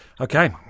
Okay